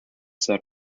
set